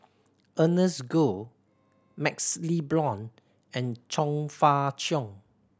Ernest Goh MaxLe Blond and Chong Fah Cheong